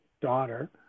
daughter